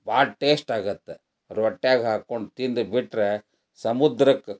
ಭಾಳ ಟೇಸ್ಟ್ ಆಗುತ್ತೆ ರೊಟ್ಯಾಗ ಹಾಕ್ಕೊಂಡು ತಿಂದು ಬಿಟ್ರೆ ಸಮುದ್ರಕ್ಕೆ